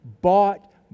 bought